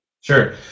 Sure